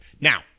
Now